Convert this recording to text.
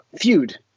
feud